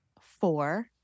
four